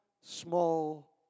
small